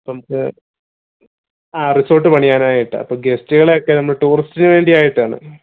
അപ്പം നമുക്ക് ആ റിസോർട് പണിയാനായിട്ടാണ് അപ്പോൾ ഗസ്റ്റുകളൊക്കെ നമ്മൾ ടൂറിസ്റ്റിന് വേണ്ടി ആയിട്ടാണ്